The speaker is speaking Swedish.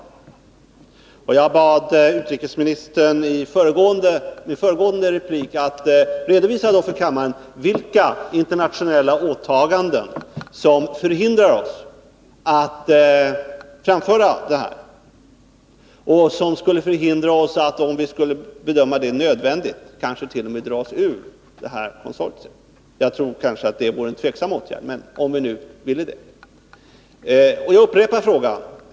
I mitt förra anförande bad jag utrikesministern att för kammarens ledamöter redovisa vilka internationella åtaganden som hindrar oss att framföra dessa synpunkter och, om det befinns nödvändigt, kanske hindrar oss att t.o.m. dra oss ur konsortiet. Jag tror att det senare kan vara en tvivelaktig åtgärd, men jag resonerar utifrån förutsättningen att vi eventuellt skulle vilja det.